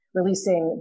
releasing